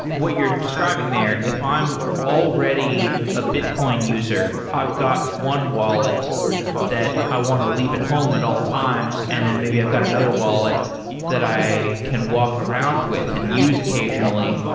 what you're describing there, if i'm already a bitcoin user, i've got one wallet that i want to leave it home at all times and then maybe i've got another wallet that i can walk around with and use occasionally,